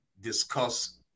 discuss